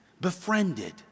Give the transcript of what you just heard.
befriended